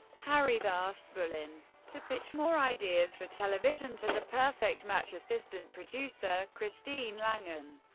harries asked bullen to pitch more ideas for television to the perfect matchs assistant producer christine langan.